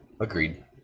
Agreed